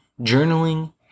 journaling